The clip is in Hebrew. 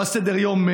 בסדר-היום,